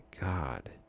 God